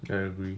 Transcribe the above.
I agree